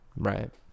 Right